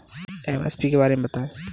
MSP के बारे में बतायें?